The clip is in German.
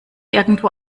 irgendwo